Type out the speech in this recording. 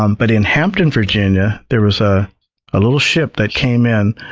um but in hampton, virginia, there was a ah little ship that came in,